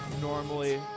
normally